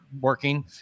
working